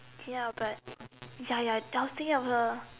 ya but ya ya doubting of her